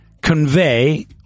convey